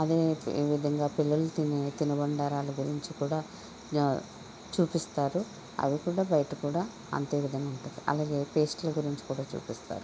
అదే విధంగా పిల్లలు తినే తినుబండారాల గురించి కూడా చూపిస్తారు అవి కూడా బయట కూడా అంతే విధంగా ఉంటాయి అలాగే పేస్ట్ల గురించి కూడా చూపిస్తారు